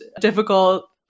difficult